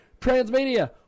Transmedia